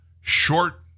short